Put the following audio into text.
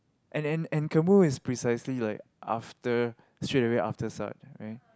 and and and Kamu is precisely like after straight away after Sat right